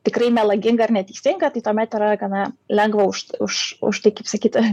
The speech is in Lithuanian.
tikrai melaginga ir neteisinga tai tuomet yra gana lengva už už už tai kaip sakyti